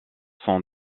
sont